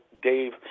Dave